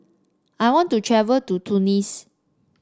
I want to travel to Tunis